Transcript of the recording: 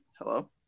Hello